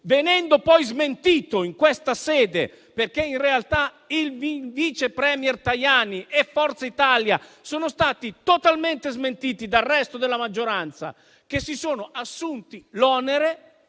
poi stato smentito in questa sede. Infatti, il vice premier Tajani e Forza Italia sono stati totalmente smentiti dal resto della maggioranza, ma si sono assunti l'onere